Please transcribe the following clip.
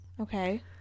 Okay